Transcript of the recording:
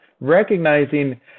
Recognizing